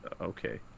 Okay